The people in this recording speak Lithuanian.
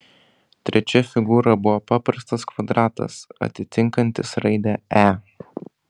trečia figūra buvo paprastas kvadratas atitinkantis raidę e